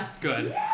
Good